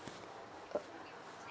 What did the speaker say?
uh